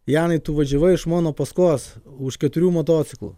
janai tu važiavai iš mano paskos už keturių motociklų